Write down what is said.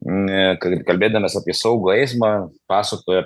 ne kal kalbėdamas apie saugų eismą pasakojo